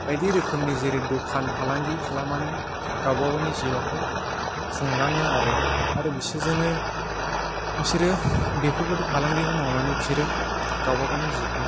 बायदि रोखोमनि जेरै दखान फालांगि खालामनानै गावबा गावनि जिउखौ खुंलाङो आरो आरो बिसोरजोंनो बिसोरो बेफोरबादि फालांगिखौ मावनानै बिसोरो गावबा गावनि जिउखौ